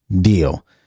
deal